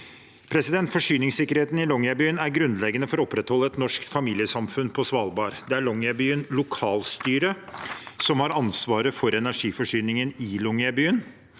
Longyearbyen. Forsyningssikkerheten i Longyearbyen er grunnleggende for å opprettholde et norsk familiesamfunn på Svalbard. Det er Longyearbyen lokalstyre som har ansvaret for energiforsyningen i Longyearbyen.